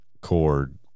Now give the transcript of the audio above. cord